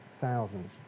thousands